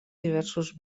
diversos